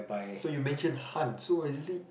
so you mention hunt so what is it like